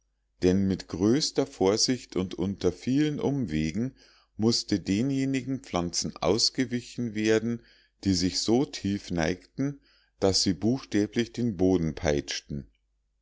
denn mit größter vorsicht und unter vielen umwegen mußte denjenigen pflanzen ausgewichen werden die sich so tief neigten daß sie buchstäblich den boden peitschten